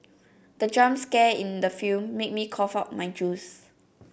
the jump scare in the film made me cough out my juice